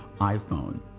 iPhone